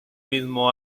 mismo